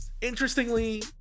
Interestingly